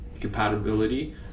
compatibility